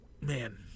Man